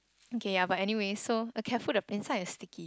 okay ya but anyway so oh careful the inside is sticky